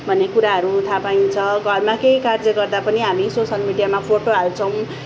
भन्ने कुराहरू थाहा पाइन्छ घरमा केही कार्य गर्दा पनि हामी सोसल मिडियामा फोटो हाल्छौँ